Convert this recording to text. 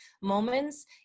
moments